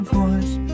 voice